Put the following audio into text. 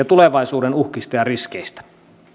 tulevaisuuden uhkista ja riskeistä